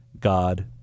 God